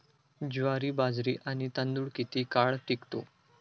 ज्वारी, बाजरी आणि तांदूळ किती काळ टिकतो?